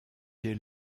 dès